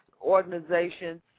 organizations